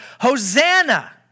Hosanna